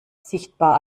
sichtbar